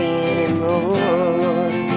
anymore